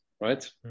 right